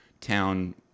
town